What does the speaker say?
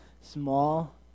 small